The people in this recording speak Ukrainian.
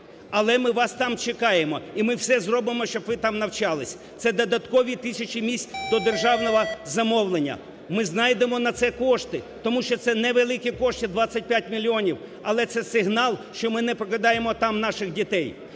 але ми вас там чекаємо і ми все зробимо, щоб ви там навчалися. Це додаткові тисячі місць до державного замовлення. Ми знайдемо на це кошти, тому що це невеликі кошти – 25 мільйонів, але це сигнал, що ми не покидаємо там наших дітей.